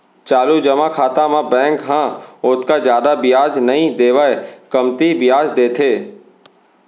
चालू जमा खाता म बेंक ह ओतका जादा बियाज नइ देवय कमती बियाज देथे